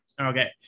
Okay